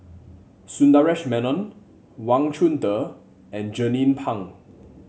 Sundaresh Menon Wang Chunde and Jernnine Pang